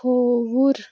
کھووُر